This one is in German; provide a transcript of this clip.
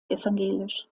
evangelisch